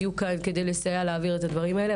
יהיו כאן כדי לסייע להעביר את הדברים האלה.